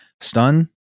stun